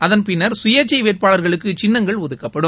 அதன் பின்னர் சுயேச்சை வேட்பாளர்களுக்கு சின்னங்கள் ஒதுக்கப்படும்